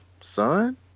son